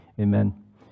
Amen